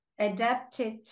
adapted